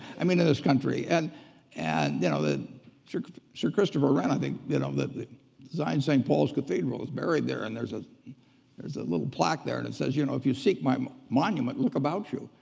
i mean in this country. and and you know sort of sir christopher wren i think you know that designed st. paul's cathedral is buried there. and there's ah there's a little plaque there, and it says, you know if you seek my monument, look about you.